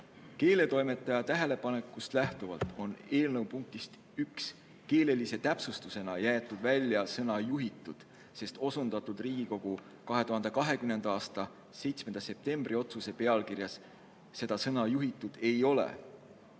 Keeletoimetaja tähelepanekust lähtuvalt on eelnõu punktist 1 keelelise täpsustusena jäetud välja sõna "juhitud", sest osundatud Riigikogu 2020. aasta 7. septembri otsuse pealkirjas seda sõna ei ole.